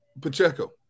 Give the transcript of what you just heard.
Pacheco